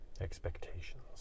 Expectations